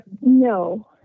No